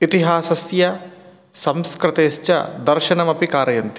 इतिहासस्य संस्कृतेश्च दर्शनमपि कारयन्ति